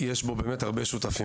משום שיש בו הרבה שותפים,